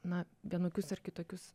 na vienokius ar kitokius